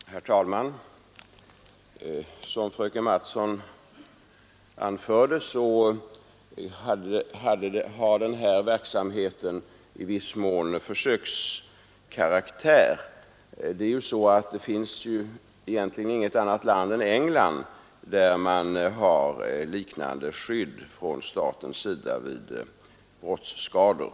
Herr talman! Som fröken Mattson anförde har denna verksamhet i viss mån försökskaraktär. Det finns egentligen inget annat land än England där man har liknande skydd från staten vid brottsskador.